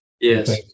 Yes